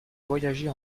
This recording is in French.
voyager